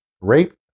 Rape